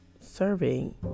serving